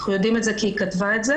אנחנו יודעים את זה כי היא כתבה את זה